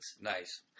Nice